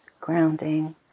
grounding